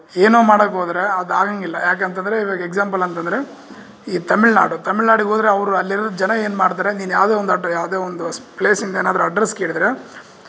ಏನೋ ಮಾಡೋಕ್ ಹೋದರೆ ಅದು ಆಗೋಂಗಿಲ್ಲ ಯಾಕಂತಂದರೆ ಇವಾಗ ಎಕ್ಸಾಂಪಲ್ ಅಂತಂದರೆ ಈ ತಮಿಳುನಾಡು ತಮಿಳ್ನಾಡಿಗೆ ಹೋದರೆ ಅವರು ಇಲ್ಲಿರೋ ಜನ ಏನುಮಾಡ್ತಾರೆ ನೀನು ಯಾವುದೇ ಒಂದು ಅಡ್ಡ ಯಾವುದೇ ಒಂದು ಪ್ಲೇಸಿಂದ ಏನಾದರು ಅಡ್ರೆಸ್ ಕೇಳಿದರೆ